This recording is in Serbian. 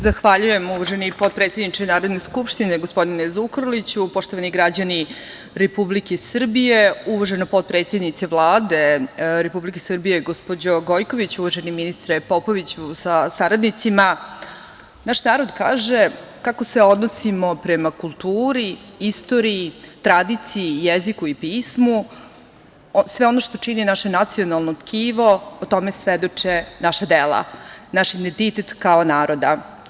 Zahvaljujem, uvaženi potpredsedniče Narodne skupštine gospodine Zukorliću, poštovani građani Republike Srbije, uvažena potpredsednice Vlade Republike Srbije gospođo Gojković, uvaženi ministre Popoviću sa saradnicima, naš narod kaže - kako se odnosimo prema kulturi, istoriji, tradiciji, jeziku i pismu, sve ono što čini naše nacionalno tkivo, o tome svedoče naša dela, naš identitet kao naroda.